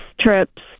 trips